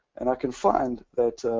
and i can find that,